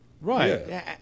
Right